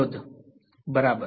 અવરોધ બરાબર